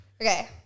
Okay